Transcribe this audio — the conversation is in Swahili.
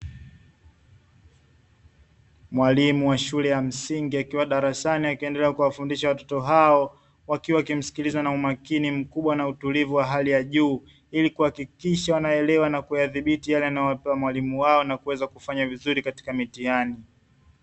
Mwalimu wa shule ya msingi akiwa darasani, akiendelea kuwafundisha watoto hao, wakiwa wakimsikiliza kwa umakini mkubwa na utulivu wa hali ya juu Ili kuhakikisha wanaelewa na kuyadhibiti yale anayowapa mwalimu wao na kuweza kufanya vizuri katika mitihani.